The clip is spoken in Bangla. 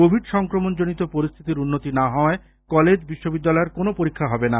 কোভিড সংক্রমণজনিত পরিস্থিতির উন্নতি না হওয়ায় কলেজ বিশ্ববিদ্যালয়ের কোনো পরীক্ষা হবে না